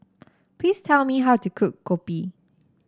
please tell me how to cook Kopi